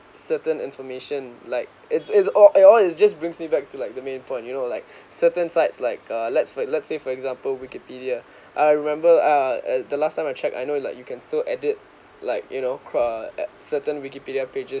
certain information like it's it's all it all is just brings me back to like the main point you know like certain sites like uh let's let's say for example wikipedia I remember uh uh the last time I checked I know you like you can still edit like you know cra~ uh certain wikipedia pages